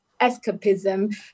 escapism